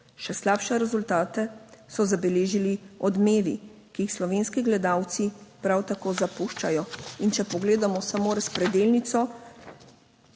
Še slabše rezultate so zabeležili Odmevi, ki jih slovenski gledalci prav tako zapuščajo, in če pogledamo samo razpredelnico,